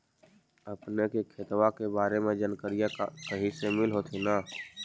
अपने के खेतबा के बारे मे जनकरीया कही से मिल होथिं न?